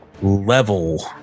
level